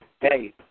Hey